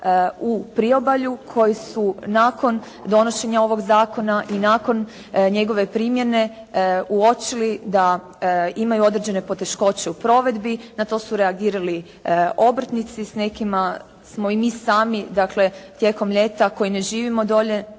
u priobalju koji su nakon donošenja ovog zakona i nakon njegove primjene uočili da imaju određene poteškoće u provedbi na to su reagirali obrtnici s nekima smo i mi sami dakle tijekom ljeta koji ne živimo dolje